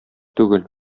түгел